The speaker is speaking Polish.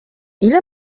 ile